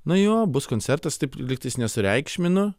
no jo bus koncertas taip lygtais nesureikšminu